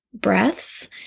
breaths